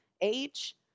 age